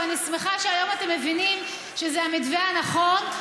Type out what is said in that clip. ואני שמחה שהיום אתם מבינים שזה המתווה הנכון,